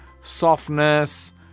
softness